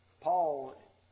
Paul